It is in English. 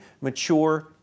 mature